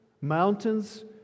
Mountains